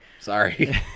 Sorry